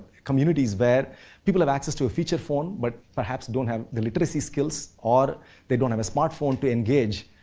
communities where people have access to a feature phone but perhaps don't have the literacy skills or they don't have a smart phone to engage